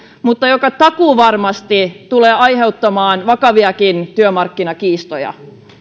mutta joka takuuvarmasti tulee aiheuttamaan vakaviakin työmarkkinakiistoja